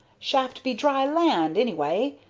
shaft be dry land, anyway,